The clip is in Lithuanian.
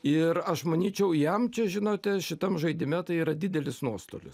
ir aš manyčiau jam čia žinote šitam žaidime tai yra didelis nuostolis